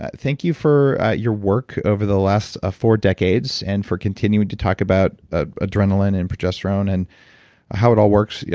ah thank you for your work over the last ah four decades and for continuing to talk about ah adrenaline and progesterone and how it all works. yeah